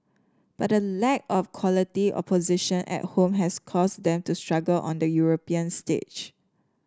but the lack of quality opposition at home has caused them to struggle on the European stage